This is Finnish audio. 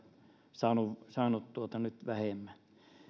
saanut saanut nyt vähemmän